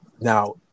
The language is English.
now